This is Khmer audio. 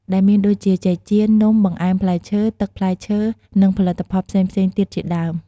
ដែលមានដូចជាចេកចៀន នំ បង្អែមផ្លែឈើ ទឹកផ្លែឈើ និងផលិតផលផ្សេងៗទៀតជាដើម។